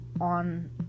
on